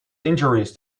injuries